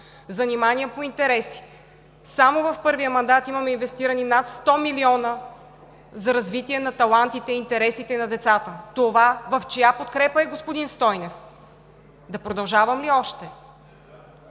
занимания по интереси – само в първия мандат имаме инвестирани над 100 млн. лв. за развитие на талантите и интересите на децата. Това в чия подкрепа е, господин Стойнев? Да продължавам ли още?